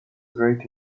great